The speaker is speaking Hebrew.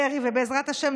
כבוד השרים,